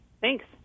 Thanks